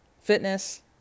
fitness